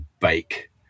bake